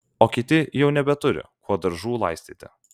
o kiti jau nebeturi kuo daržų laistyti